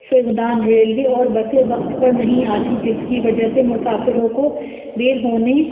فقدان ریلوے اور بسیں وقت پر نہیں آتی جس کی وجہ سے مسافروں کو دیر ہونے